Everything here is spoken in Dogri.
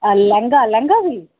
लैंह्गा लैंह्गा बी